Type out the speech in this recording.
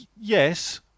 Yes